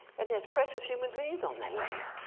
and there's precious human beings on that land.